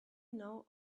know